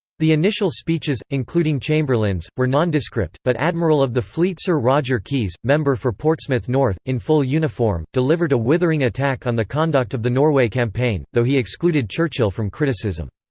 the initial speeches, including chamberlain's, were nondescript, but admiral of the fleet sir roger keyes, member for portsmouth north, in full uniform, delivered a withering attack on the conduct of the norway campaign, though he excluded churchill from criticism.